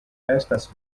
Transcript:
estas